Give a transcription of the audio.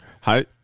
Hi